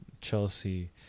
Chelsea